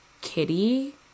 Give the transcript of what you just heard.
Kitty